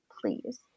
please